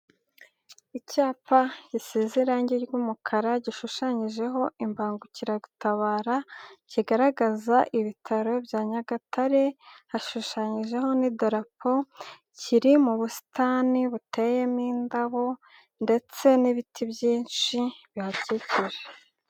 Icyapa gisize irangi ry'umukara gishushanyijeho imbangukiragutabara, kigaragaza ibitaro bya Nyagatare, hashushanyijeho n'idarapo, kiri mu busitani buteyemo indabo ndetse n'ibiti byinshi bihakikije.